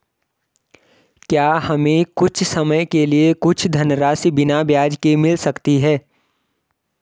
क्या हमें कुछ समय के लिए कुछ धनराशि बिना ब्याज के मिल सकती है?